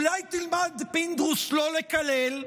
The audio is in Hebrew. אולי תלמד, פינדרוס, לא לקלל?